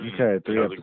Okay